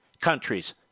countries